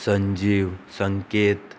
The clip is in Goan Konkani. संजीव संकेत